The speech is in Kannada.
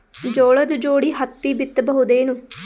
ಜೋಳದ ಜೋಡಿ ಹತ್ತಿ ಬಿತ್ತ ಬಹುದೇನು?